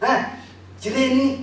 that you didn't